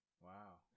Wow